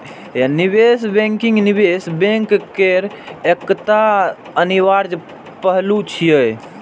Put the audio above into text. निवेश बैंकिंग निवेश बैंक केर एकटा अनिवार्य पहलू छियै